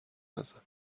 نزن